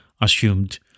assumed